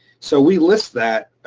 so we list that.